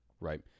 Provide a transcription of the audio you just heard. right